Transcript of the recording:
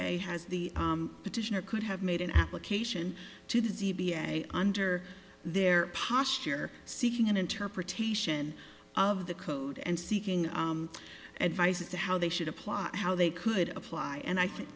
a has the petition or could have made an application to the z b a under their posture seeking an interpretation of the code and seeking advice as to how they should apply how they could apply and i think